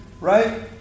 Right